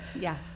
yes